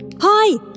Hi